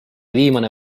viimane